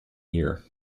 year